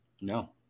No